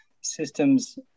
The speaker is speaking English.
systems